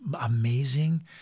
amazing